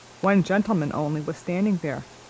one gentleman only was standing there,